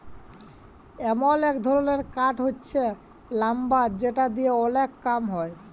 এমল এক ধরলের কাঠ হচ্যে লাম্বার যেটা দিয়ে ওলেক কম হ্যয়